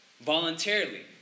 voluntarily